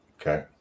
Okay